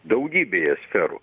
daugybėje sferų